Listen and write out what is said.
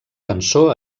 cançó